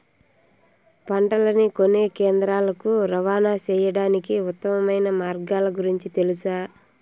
పంటలని కొనే కేంద్రాలు కు రవాణా సేయడానికి ఉత్తమమైన మార్గాల గురించి తెలుసా?